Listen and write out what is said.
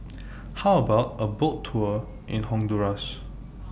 How about A Boat Tour in Honduras